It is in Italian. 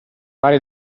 fare